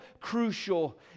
crucial